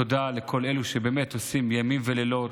תודה לכל אלו שבאמת עושים ימים ולילות,